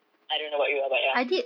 I don't know about you lah but ya